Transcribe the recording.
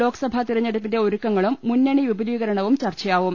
ലോക്സഭാ തെരഞ്ഞെടുപ്പിന്റെ ഒരുക്ക ങ്ങളും മുന്നണി വിപുലീകരണവും ചർച്ചയാവും